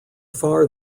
far